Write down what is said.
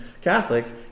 Catholics